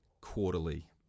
quarterly